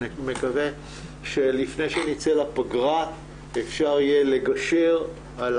מקווה שלפני שנצא לפגרה אפשר יהיה לגשר על